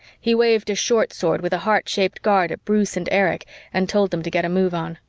he waved a short sword with a heart-shaped guard at bruce and erich and told them to get a move on.